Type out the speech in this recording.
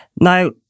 Now